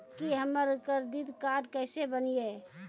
की हमर credit card केसे बनिये?